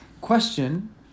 Question